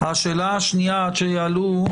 השאלה השנייה עד שיעלו,